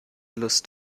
lust